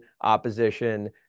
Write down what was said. opposition